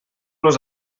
los